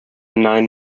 nine